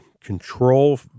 control